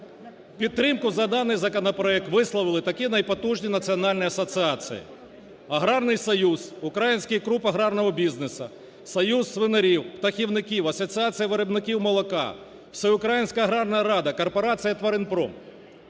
Підтримку за даний законопроект висловили такі найпотужні національні асоціації: Аграрний союз, Український клуб аграрного бізнесу, Союз свинарів, птахівників, Асоціація виробників молока, Всеукраїнська агарна рада, корпорація "Тваринпром".